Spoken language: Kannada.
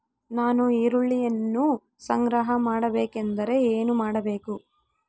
ನಾನು ಈರುಳ್ಳಿಯನ್ನು ಸಂಗ್ರಹ ಮಾಡಬೇಕೆಂದರೆ ಏನು ಮಾಡಬೇಕು?